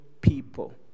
people